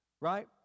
right